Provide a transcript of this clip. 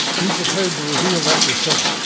be prepared to reveal that yourself.